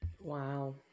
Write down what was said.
Wow